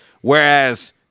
whereas